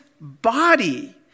body